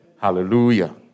Hallelujah